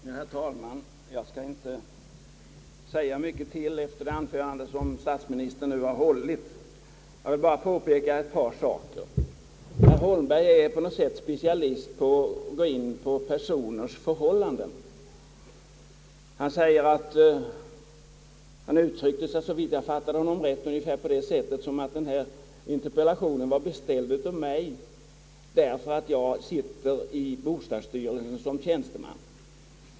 Herr talman! Jag skall inte säga mycket efter det anförande som statsministern nu har hållit. Jag vill bara påpeka ett par saker. Herr Holmberg är på något sätt specialist på att gå in på personers förhållanden. Han uttryckte sig, om jag fattade honom rätt, ungefär på det sättet att interpellationen var beställd hos mig därför att jag sitter i bostadsstyrelsen som tjänsteman.